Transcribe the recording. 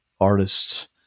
artists